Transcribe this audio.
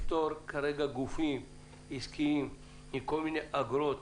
שיפטור גופים עסקיים מכל מיני אגרות